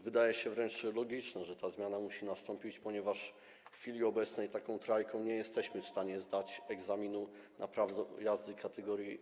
Wydaje się wręcz logiczne, że ta zmiana musi nastąpić, ponieważ w chwili obecnej taką trajką nie jesteśmy w stanie zdać egzaminu na prawo jazdy kat.